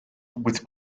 with